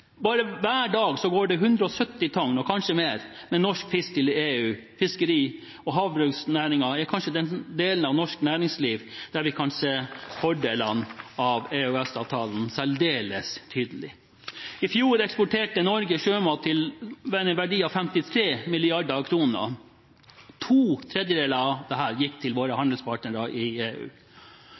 Hver dag går det 170 vogntog, kanskje mer, med norsk fisk til EU. Fiskeri- og havbruksnæringen er kanskje den delen av norsk næringsliv der vi kan se fordelene av EØS-avtalen særdeles tydelig. I fjor eksporterte Norge sjømat til en verdi av 53 mrd. kr. To tredeler av dette gikk til våre handelspartnere i EU.